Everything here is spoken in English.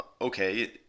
okay